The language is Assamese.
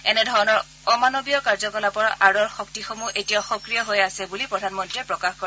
এনেধৰণৰ অমানৱীয় কাৰ্যকলাপৰ আঁৰৰ শক্তিসমূহ এতিয়াও সক্ৰিয় হৈ আছে বুলি প্ৰধানমন্তীয়ে প্ৰকাশ কৰে